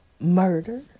murder